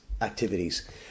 activities